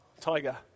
tiger